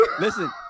Listen